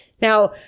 now